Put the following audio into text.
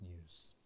news